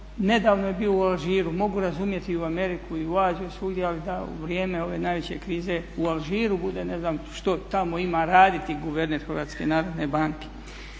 nedavno je bio u Alžiru, mogu razumjeti i u Ameriku i u Aziju i svugdje ali da u vrijeme ove najveće krize u Alžiru bude, ne znam što tamo ima raditi guverner Hrvatske narodne banke.